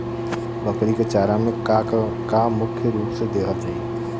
बकरी क चारा में का का मुख्य रूप से देहल जाई?